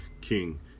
king